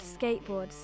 skateboards